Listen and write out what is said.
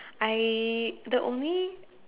I the only